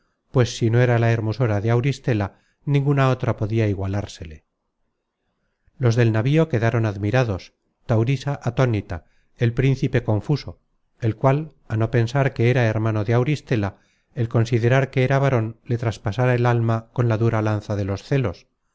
pues si no era la hermosura de auristela ninguna otra podia igualársele los del navío quedaron admirados taurisa atónita el príncipe confuso el cual á no pensar que era hermano de auristela el considerar que era varon le traspasara el alma con la dura lanza de los celos